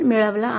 मिळवला आहे